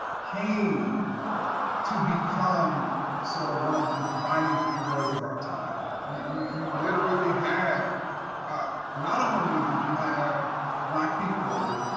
came to become sort of one of the defining three words of our time. you you literally had ah not only did you have black people,